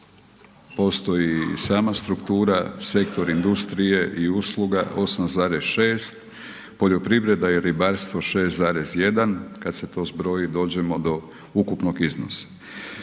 postoji i sama struktura, sektor industrije i usluga, 8,6, poljoprivreda i ribarstvo 6,1, kad se to zbroji dođemo do ukupnog iznosa.